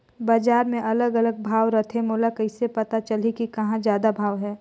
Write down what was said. बजार मे अलग अलग भाव रथे, मोला कइसे पता चलही कि कहां जादा भाव हे?